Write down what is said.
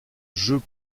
jeux